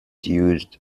used